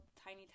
tiny